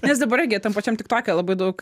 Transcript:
nes dabar irgi tam pačiam tiktoke labai daug